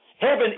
Heaven